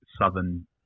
southern